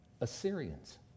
assyrians